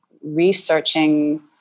researching